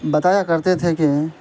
بتایا کرتے تھے کہ